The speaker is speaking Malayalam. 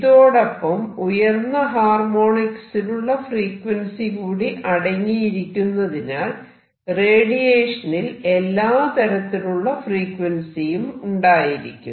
ഇതോടൊപ്പം ഉയർന്ന ഹാർമോണിക്സിലുള്ള ഫ്രീക്വൻസി കൂടി അടങ്ങിയിരിക്കുന്നതിനാൽ റേഡിയേഷനിൽ എല്ലാ തരത്തിലുള്ള ഫ്രീക്വൻസിയും ഉണ്ടായിരിക്കും